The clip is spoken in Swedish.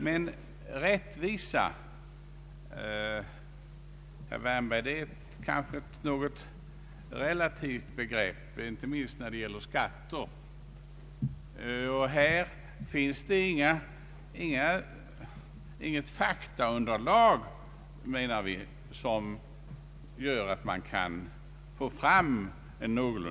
Men rättvisa, herr Wärnberg, är kanske ett något relativt begrepp inte minst när det gäller skatter. Det finns i fråga om fordonsbeskattningen i dag inget faktaunderlag, menar jag, som gör att full rättvisa kan uppnås.